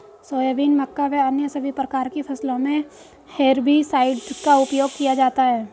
soybean, मक्का व अन्य सभी प्रकार की फसलों मे हेर्बिसाइड का उपयोग किया जाता हैं